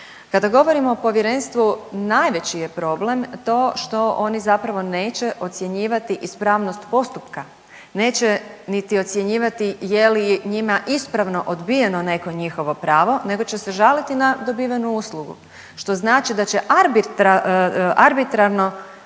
Kada govorimo o povjerenstvu najveći je problem to što oni zapravo neće ocjenjivati ispravnost postupka, neće niti ocjenjivati je li njima ispravno odbijeno neko njihovo pravo nego će se žaliti na dobivenu uslugu, što znači da će arbitrarno